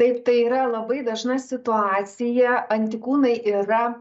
taip tai yra labai dažna situacija antikūnai yra